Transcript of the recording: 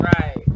right